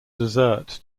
desert